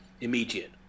immediate